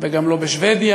וגם לא בשבדיה,